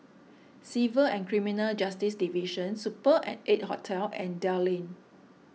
Civil and Criminal Justice Division Super at eight Hotel and Dell Lane